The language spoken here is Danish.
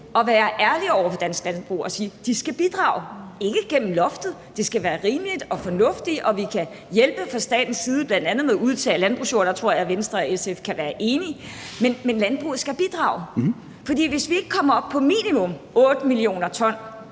at være ærlige over for dansk landbrug og sige, at de skal bidrage. Det skal ikke være gennem loftet. Det skal være rimeligt og fornuftigt, og vi kan hjælpe fra statens side, bl.a. med at udtage landbrugsjord; der tror jeg, Venstre og SF kan være enige. Men landbruget skal bidrage, for hvis vi ikke kommer op på minimum 8 mio. t,